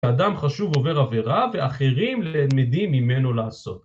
אדם חשוב עובר עבירה ואחרים למדים ממנו לעשות.